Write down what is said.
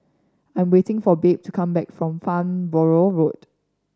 I am waiting for Babe to come back from Farnborough Road